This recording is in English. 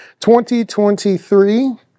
2023